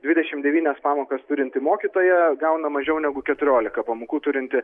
dvidešimt devynias pamokas turinti mokytoja gauna mažiau negu keturiolika pamokų turinti